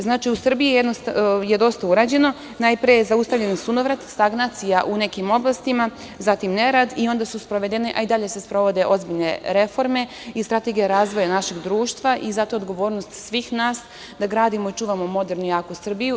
Znači, u Srbiji je dosta urađeno, najpre je zaustavljen sunovrat, stagnacija u nekim oblastima, zatim nerad i onda su sprovedene, a i dalje se sprovode ozbiljne reforme i strategija razvoja našeg društva i zato je odgovornost svih nas da gradimo i čuvamo modernu i jaku Srbiju.